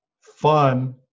fun